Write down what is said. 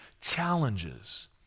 challenges